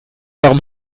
warum